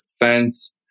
defense